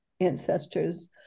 ancestors